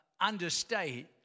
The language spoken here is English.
understate